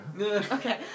Okay